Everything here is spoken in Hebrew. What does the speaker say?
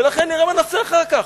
ולכן נראה מה נעשה אחר כך.